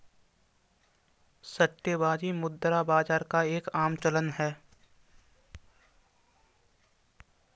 सट्टेबाजी मुद्रा बाजार का एक आम चलन है